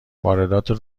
واردات